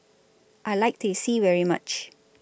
I like Teh C very much